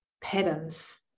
patterns